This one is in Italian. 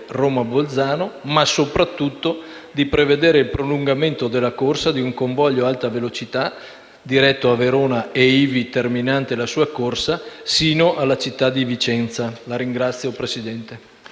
Roma-Bolzano, ma soprattutto di prevedere il prolungamento della corsa di un convoglio ad alta velocità, diretto a Verona e ivi terminante la sua corsa, sino alla città di Vicenza. **Interventi